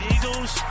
Eagles